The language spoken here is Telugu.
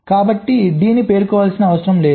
కాబట్టి D పేర్కొనవలసిన అవసరం లేదు